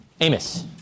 Amos